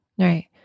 Right